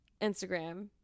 instagram